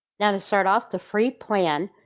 now to start off the free plan,